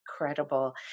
incredible